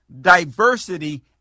diversity